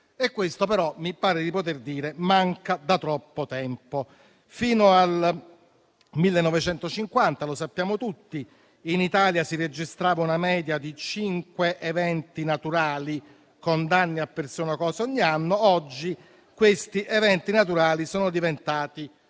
Questo, però, mi pare di poter dire, manca da troppo tempo. Fino al 1950, lo sappiamo tutti, in Italia si registrava una media di cinque eventi naturali, con danni a persone e cose, ogni anno; oggi questi eventi naturali sono diventati